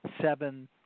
seven